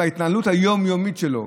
מההתנהלות היום-יומית שלו,